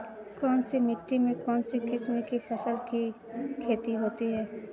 कौनसी मिट्टी में कौनसी किस्म की फसल की खेती होती है?